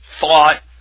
thought